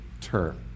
term